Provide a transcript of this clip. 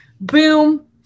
boom